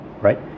Right